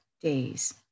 days